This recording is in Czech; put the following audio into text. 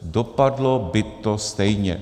Dopadlo by to stejně.